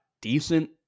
decent